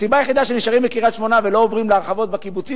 הסיבה היחידה שנשארים בקריית-שמונה ולא עוברים להרחבות בקיבוצים,